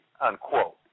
Unquote